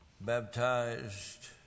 Baptized